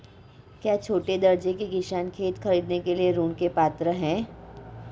क्या छोटे दर्जे के किसान खेत खरीदने के लिए ऋृण के पात्र हैं?